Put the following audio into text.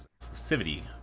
exclusivity